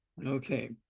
Okay